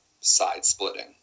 side-splitting